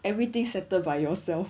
everything settled by yourself